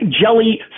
jelly